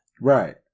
right